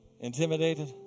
intimidated